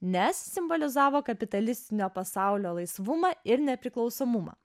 nes simbolizavo kapitalistinio pasaulio laisvumą ir nepriklausomumą